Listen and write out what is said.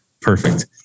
Perfect